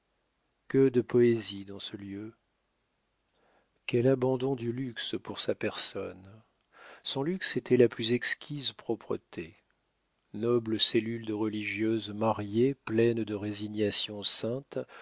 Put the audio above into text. que de poésie dans ce lieu quel abandon du luxe pour sa personne son luxe était la plus exquise propreté noble cellule de religieuse mariée pleine de résignation sainte